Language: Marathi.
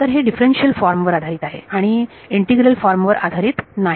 तर हे डिफरन्शियल फॉर्म वर आधारित आहे आणि इंटीग्रल फॉर्म वर आधारित नाही